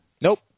Nope